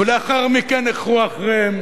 ולאחר מכן החרו אחריהם